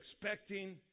expecting